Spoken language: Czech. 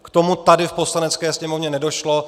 K tomu tady v Poslanecké sněmovně nedošlo.